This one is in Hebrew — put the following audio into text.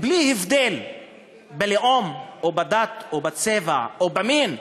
בלי הבדל בלאום או בדת או בצבע או במין.